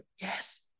yes